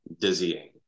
dizzying